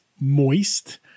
moist